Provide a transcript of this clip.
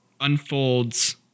unfolds